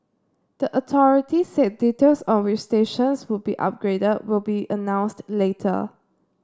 the authority said details on which stations would be upgraded will be announced later